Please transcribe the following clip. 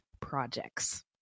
projects